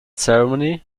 ceremony